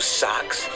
socks